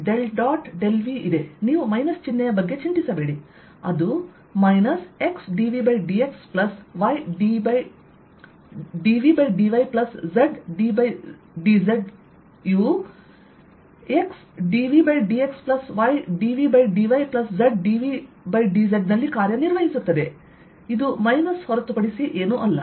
∇Vಇದೆ ನೀವು ಮೈನಸ್ ಚಿಹ್ನೆಯ ಬಗ್ಗೆ ಚಿಂತಿಸಬೇಡಿ ಅದು x dVdx plus y ddy plus z ddz ಯು x dVdx plus y dVdy plus z dVdz ನಲ್ಲಿ ಕಾರ್ಯನಿರ್ವಹಿಸುತ್ತದೆ ಇದು ಮೈನಸ್ ಹೊರತುಪಡಿಸಿ ಏನೂ ಅಲ್ಲ